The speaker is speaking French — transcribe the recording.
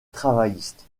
travailliste